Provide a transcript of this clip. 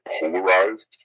polarized